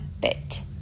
bit